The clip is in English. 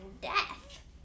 death